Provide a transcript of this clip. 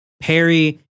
Perry